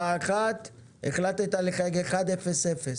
בגלל שזה קרוב אלי ויש לי את מגבלת התנועה כי אין לי רישיון,